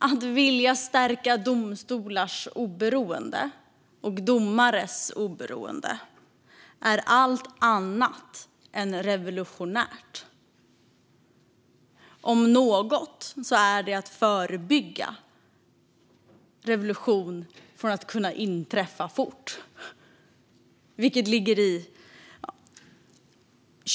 Att vilja stärka domstolars och domares oberoende är allt annat än revolutionärt. Om något är det att förebygga att revolution inträffar fort.